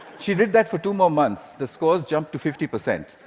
she did that for two more months. the scores jumped to fifty percent.